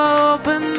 open